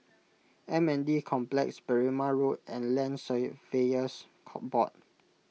M N D Complex Berrima Road and Land Surveyors Board